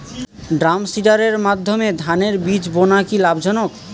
ড্রামসিডারের মাধ্যমে ধানের বীজ বোনা কি লাভজনক?